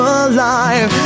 alive